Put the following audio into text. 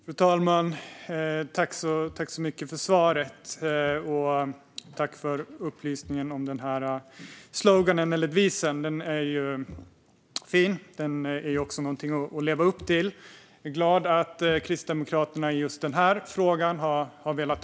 Fru talman! Tack, Hans Eklind, för svaret och upplysningen om devisen på valaffischerna! Den är ju fin. Den är också något att leva upp till. Jag är glad över att Kristdemokraterna har velat ha just den här frågan färdigutredd.